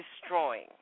destroying